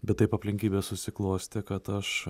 bet taip aplinkybės susiklostė kad aš